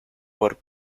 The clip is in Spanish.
con